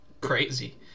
Crazy